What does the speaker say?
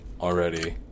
already